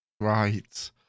right